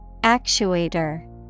Actuator